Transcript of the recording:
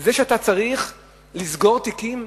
זה שאתה צריך לסגור תיקים?